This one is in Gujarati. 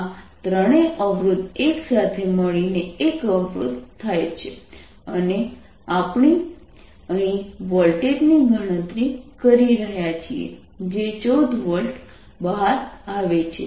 આ ત્રણેય અવરોધ એક સાથે મળીને એક અવરોધ થાય છે અને આપણે અહીં વોલ્ટેજ ની ગણતરી કરી રહ્યા છીએ જે 14 વોલ્ટ બહાર આવે છે